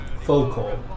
Focal